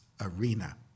Arena